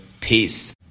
Peace